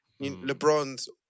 LeBron's